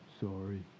Sorry